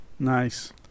Nice